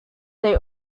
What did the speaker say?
they